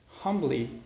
humbly